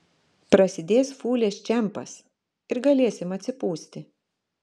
prasidės fūlės čempas ir galėsim atsipūsti